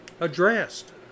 addressed